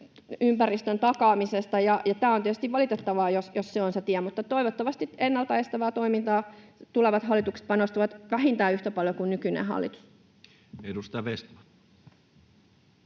lapsuu-denympäristön takaamisesta. On tietysti valitettavaa, jos se on se tie, mutta toivottavasti ennalta estävään toimintaan tulevat hallitukset panostavat vähintään yhtä paljon kuin nykyinen hallitus. Edustaja Vestman.